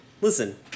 listen